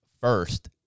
first